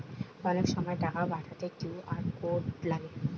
অনেক সময় টাকা পাঠাতে কিউ.আর কোড লাগে